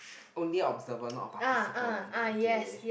only observer not a participant okay